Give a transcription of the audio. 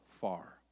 far